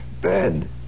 bed